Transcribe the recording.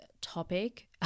topic